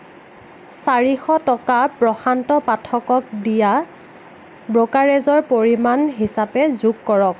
চাৰিশ টকা প্ৰশান্ত পাঠকক দিয়া ব্ৰ'কাৰেজৰ পৰিমাণ হিচাপে যোগ কৰক